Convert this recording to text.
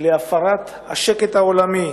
להפרת השקט העולמי